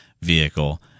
vehicle